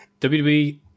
WWE